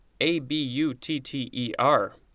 A-B-U-T-T-E-R